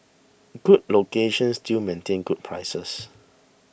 good locations still maintain good prices